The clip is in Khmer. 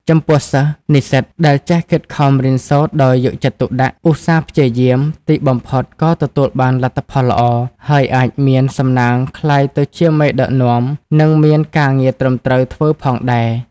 ចំពោះសិស្ស និស្សិតដែលចេះខិតខំរៀនសូត្រដោយយកចិត្តទុកដាក់ ឧស្សាហ៍ព្យាយាម ទីបំផុត ក៏ទទួលបានលទ្ធផលល្អ ហើយអាចមានសំណាងក្លាយទៅជាមេដឹកនាំនិងមានការងារត្រឹមត្រូវធ្វើផងដែរ។